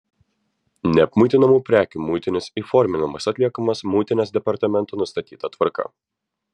neapmuitinamų prekių muitinis įforminimas atliekamas muitinės departamento nustatyta tvarka